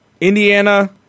Indiana